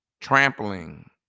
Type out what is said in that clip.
Trampling